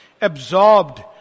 Absorbed